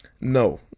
No